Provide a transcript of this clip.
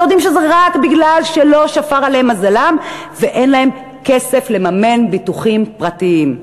ויודעים שזה רק כי לא שפר עליהם מזלם ואין להם כסף לממן ביטוחים פרטיים.